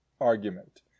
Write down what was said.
argument